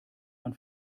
man